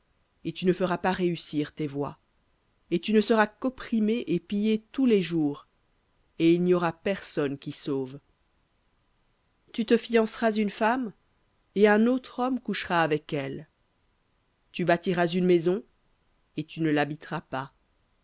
et tu ne feras pas réussir tes voies et tu ne seras qu'opprimé et pillé tous les jours et il n'y aura personne qui sauve tu te fianceras une femme et un autre homme couchera avec elle tu bâtiras une maison et tu ne l'habiteras pas